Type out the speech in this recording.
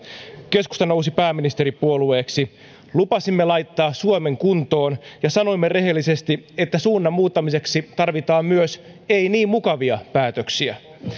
keskusta nousi pääministeripuolueeksi lupasimme laittaa suomen kuntoon ja sanoimme rehellisesti että suunnan muuttamiseksi tarvitaan myös ei niin mukavia päätöksiä